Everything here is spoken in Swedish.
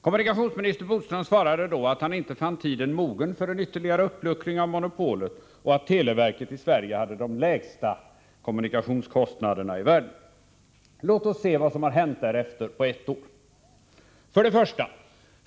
Kommunikationsminister Boström svarade då, att han inte fann tiden mogen för en ytterligare uppluckring av monopolet och att televerket i Sverige hade de lägsta telekommunikationskostnaderna i världen. Låt oss se vad som hänt därefter på ett år: 1.